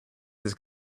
this